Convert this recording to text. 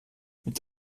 mit